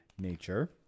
nature